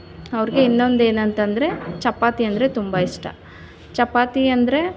ಅವ್ರಿಗೆ ಇನ್ನೊಂದು ಏನಂತಂದ್ರೆ ಚಪಾತಿ ಅಂದರೆ ತುಂಬ ಇಷ್ಟ ಚಪಾತಿ ಅಂದರೆ